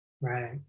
Right